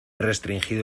restringido